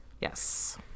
Yes